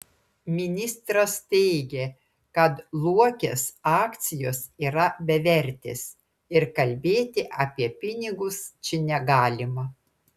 ministras teigė kad luokės akcijos yra bevertės ir kalbėti apie pinigus čia negalima